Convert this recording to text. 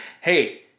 hey